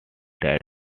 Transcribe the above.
that